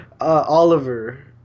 Oliver